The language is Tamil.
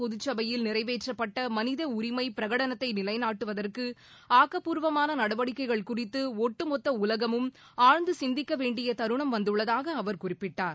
பொதுசபையில் நிறைவேற்றப்பட்ட மனித உரிமை பிரகடனத்தை நிலைநாட்டுவதற்கு ஆக்கப்பூர்வமான நடவடிக்கைகள் குறித்து ஒட்டுமொத்த உலகமும் ஆழ்ந்து சிந்திக்க வேண்டிய தருணம் வந்துள்ளதாக அவர் குறிப்பிட்டார்